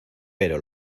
pero